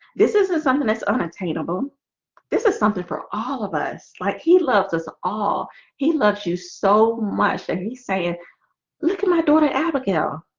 this isn't something that's unattainable this is something for all of us like he loves us all he loves you so much and he's saying look at my daughter, abigail